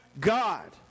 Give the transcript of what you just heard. God